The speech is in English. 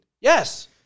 yes